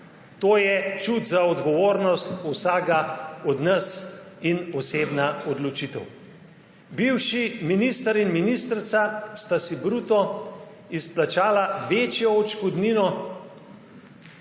To je čut za odgovornost vsakega od nas in osebna odločitev. Bivši minister in ministrica sta si bruto izplačala večjo odškodnino,